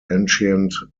ancient